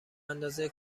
اندازه